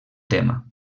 tema